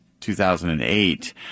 2008